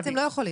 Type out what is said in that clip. אתם לא יכולים.